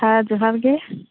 ᱡᱚᱦᱟᱨ ᱜᱮ